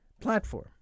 platform